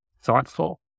thoughtful